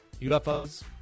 UFOs